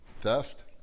theft